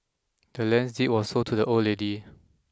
the land's deed was sold to the old lady